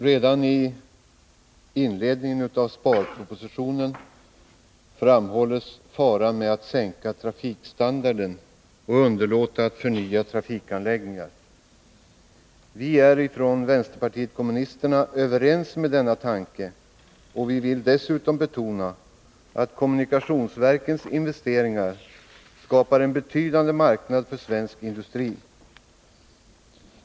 Herr talman! Redan i sparpropositionens inledning framhålls faran med att sänka trafikstandarden och underlåta att förnya trafikanläggningar. Från vänsterpartiet kommunisterna instämmer vi i detta, och vi vill dessutom betona att kommunikationsverkens investeringar skapar en betydande marknad för svensk industri.